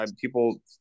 People